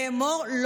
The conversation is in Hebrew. לאמור,